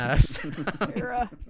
Sarah